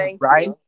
right